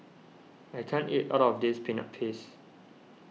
I can't eat all of this Peanut Paste